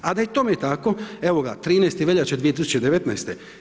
A da je tome tako, evo ga 13. veljače 2019.